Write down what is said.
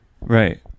Right